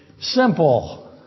Simple